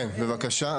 כן, בבקשה.